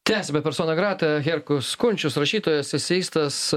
tęsiame personą gratą herkus kunčius rašytojas eseistas